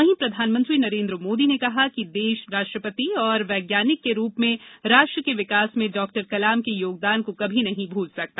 वहीं प्रधानमंत्री नरेन्द्र मोदी ने कहा है कि देश राष्ट्रपति और वैज्ञानिक के रूप में राष्ट्र के विकास में डॉक्टर कलाम के योगदान को कभी नहीं भूल सकता